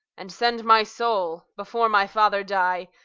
and send my soul, before my father die,